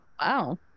Wow